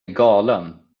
galen